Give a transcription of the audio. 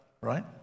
right